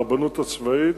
הרבנות הצבאית,